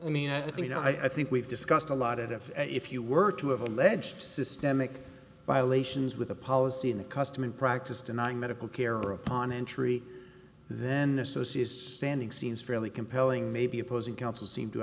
i mean i think i think we've discussed a lot and if if you were to have alleged systemic violations with a policy in the custom in practice denying medical care or upon entry then associates standing seems fairly compelling maybe opposing counsel seem to